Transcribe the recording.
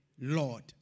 Lord